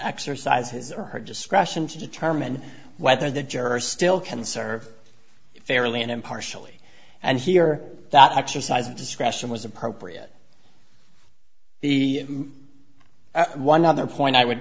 exercise his or her discretion to determine whether the jurors still can serve fairly and impartially and here that exercise discretion was appropriate the one other point i would